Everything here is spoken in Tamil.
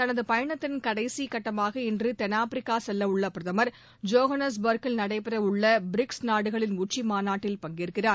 தனதுபயணத்தின் கடைசிகட்டமாக இன்றுதென்னாப்பிரிக்காசெல்லவுள்ளபிரதமர் ஜோகன்னஸ்பர்க்கில் நடைபெறவுள்ளபிரிக்ஸ் நாடுகளின் உச்சிமாநாட்டில் பங்கேற்கிறார்